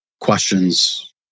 questions